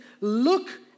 Look